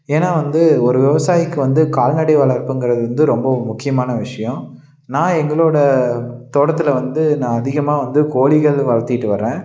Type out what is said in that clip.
ஏன்னா வந்து ஒரு விவசாயிக்கு வந்து கால்நடை வளர்ப்புங்குறது வந்து ரொம்பவும் முக்கியமான விஷியம் நான் எங்களோட தோட்டத்தில் வந்து நான் அதிகமாக வந்து கோழிகள் வளர்த்திட்டு வரேன்